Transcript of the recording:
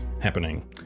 happening